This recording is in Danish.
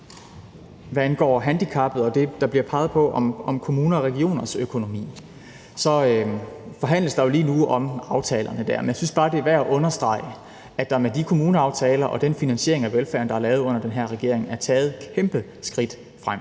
Hvad angår handicappede og det, der bliver peget på med kommunernes og regionernes økonomi, forhandles der jo lige nu om aftalerne dér. Men jeg synes bare, det er værd at understrege, at der med de kommuneaftaler og den finansiering af velfærden, der er lavet under den her regering, er taget et kæmpe skridt frem,